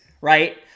right